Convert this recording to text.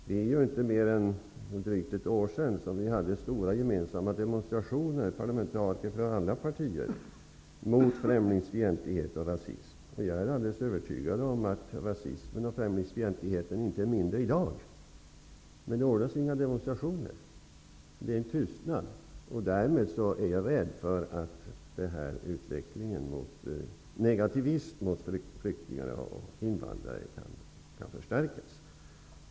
Det är inte mer är drygt ett år sedan som parlamentariker från alla partier deltog i stora gemensamma demonstrationer mot främlingsfientlighet och rasism. Jag är alldeles övertygad om att rasismen och främlingsfientligheten inte är mindre i dag. Men det ordnas inte några demonstrationer. Det är en tystnad. Därmed är jag rädd för att utvecklingen av negativa attityder mot flyktingar och invandrare kan förstärkas.